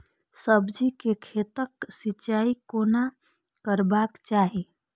सब्जी के खेतक सिंचाई कोना करबाक चाहि?